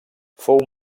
fou